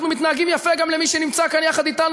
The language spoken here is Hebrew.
אנחנו מתנהגים יפה גם למי שנמצא כאן יחד אתנו